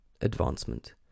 advancement